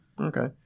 Okay